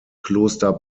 kloster